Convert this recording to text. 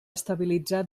estabilitzar